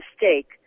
mistake